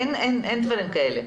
אין דברים כאלה.